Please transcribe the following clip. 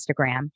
Instagram